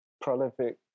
prolific